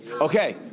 Okay